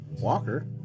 Walker